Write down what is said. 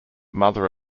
mother